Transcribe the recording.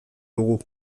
dugu